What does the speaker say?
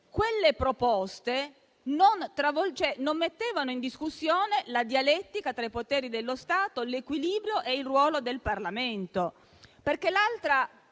quelle proposte non mettevano in discussione la dialettica tra i poteri dello Stato, né l'equilibrio e il ruolo del Parlamento.